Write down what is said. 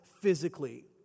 physically